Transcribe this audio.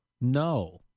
No